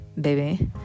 baby